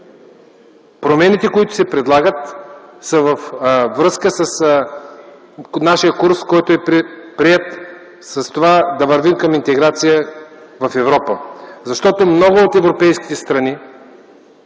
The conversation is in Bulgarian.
промените, които се предлагат, са във връзка с нашия курс, който е приет – да вървим към интеграция в Европа. Защото много от европейските страни